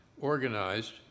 organized